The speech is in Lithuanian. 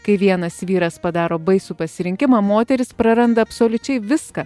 kai vienas vyras padaro baisų pasirinkimą moteris praranda absoliučiai viską